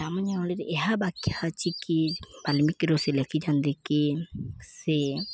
ଗ୍ରାମାଞ୍ଚଳରେ ଏହା ବାଖ୍ୟା ଅଛି କି ବାଲିମିକ ରୋଷେଇ ଲେଖିଥାନ୍ତି କି ସେ